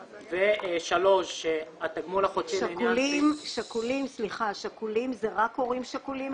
3. --- בשכולים הכוונה רק הורים שכולים?